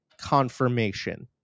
confirmation